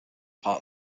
part